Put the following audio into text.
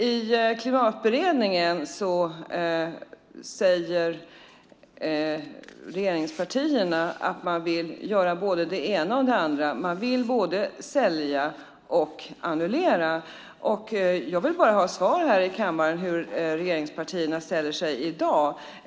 I Klimatberedningen säger regeringspartierna att man vill göra både det ena och det andra, både sälja och annullera. Jag vill ha svar här i kammaren på hur regeringspartierna ställer sig i dag.